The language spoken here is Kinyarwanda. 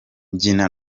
mbyina